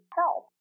help